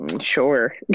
Sure